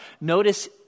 Notice